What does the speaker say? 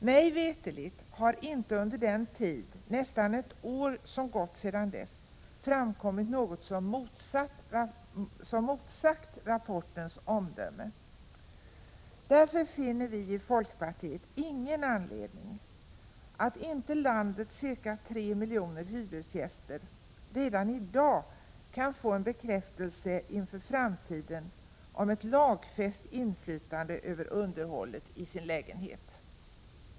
Mig veterligt har det inte under den tid, nästan ett år, som gått sedan dess framkommit något som har motsagt rapportens omdöme. Därför finner vi i folkpartiet ingen anledning att inte redan i dag ge landets cirka tre miljoner hyresgäster bekräftelse inför framtiden på ett lagfäst inflytande över underhållet av deras lägenheter.